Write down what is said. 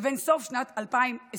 לבין סוף שנת 2023,